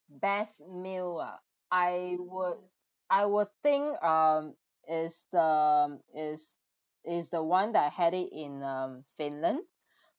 best meal ah I would I would think um is the is is the one that I had it in uh finland